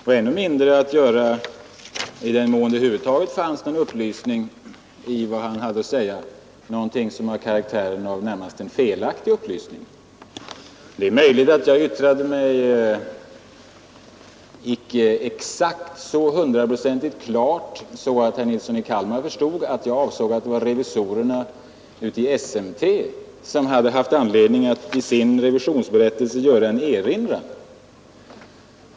I den mån det över huvud taget fanns någon upplysning i vad han här hade att säga, var det något som närmast hade karaktären av en felaktig upplysning. Det är möjligt att jag inte yttrade mig så hundraprocentigt exakt att herr Nilsson i Kalmar förstod att jag ansåg att det var revisorerna i SMT som hade haft anledning att i sin revisionsberättelse göra en erinran.